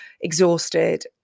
exhausted